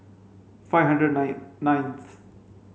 five hundred nine ninth